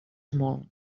molt